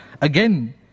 Again